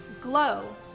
GLOW